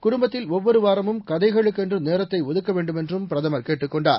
குடும்பத்தில் ஒவ்வொரு வாரமும் கதைகளுக்கென்று நேரத்தை ஒதுக்க வேண்டுமென்றும் பிரதமர் கேட்டுக் கொண்டார்